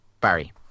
Barry